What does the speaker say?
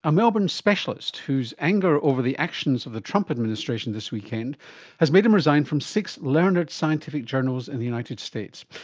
a melbourne specialist whose anger over the actions of the trump administration this weekend has made him resign from six learned scientific journals in the united states.